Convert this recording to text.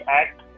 act